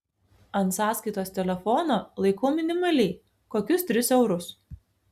ant sąskaitos telefono laikau minimaliai kokius tris eurus